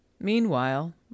Meanwhile